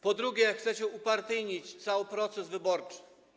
Po drugie, chcecie upartyjnić cały proces wyborczy.